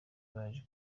baje